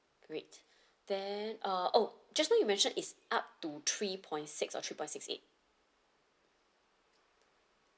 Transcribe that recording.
great then uh oh just now you mentioned is up to three point six or three point six eight